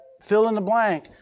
fill-in-the-blank